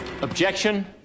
Objection